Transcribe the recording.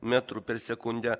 metrų per sekundę